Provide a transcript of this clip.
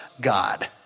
God